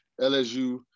LSU